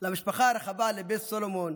למשפחה הרחבה לבית סולומון